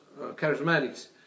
charismatics